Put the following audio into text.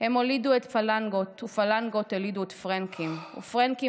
והם הולידו את פלנגות / ופלנגות הולידו את פרענקים / ופרענקים